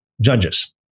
judges